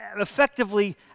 effectively